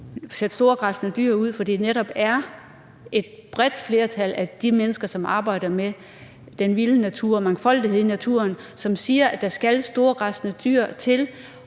sætte store græssende dyr ud, fordi det netop er et bredt flertal af de mennesker, som arbejder med den vilde natur og mangfoldigheden i naturen, som siger, at der skal store græssende dyr til